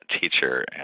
teacher